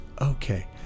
okay